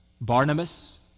Barnabas